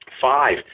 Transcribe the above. five